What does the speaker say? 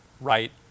right